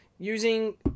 Using